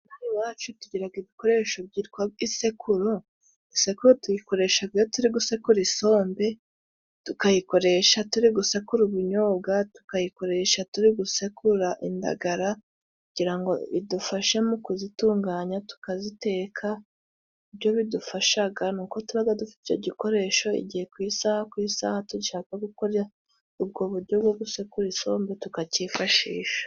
Hano iwacu tugira ibikoresho byitwa isekuru. Isekuru tuyikoresha iyo turi gusekura isombe, tukayikoresha turi gusekura ubunyobwa, tukayikoresha turi gusekura indagara kugira ngo idufashe mu kuzitunganya tukaziteka. Icyo bidufasha ni uko tuba dufite icyo gikoresho igihe ku isaha ku isaha tugishaka gukora ubwo buryo bwo gusekura isombe tukacyifashisha.